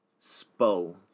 Spo